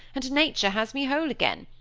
and nature has me whole again,